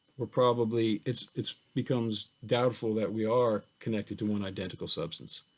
we're probably, it's, it's becomes doubtful that we are connected to one identical substance.